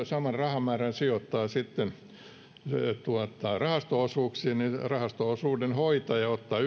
saman rahamäärän sijoittaa sitten rahasto osuuksiin niin rahasto osuuden hoitaja ottaa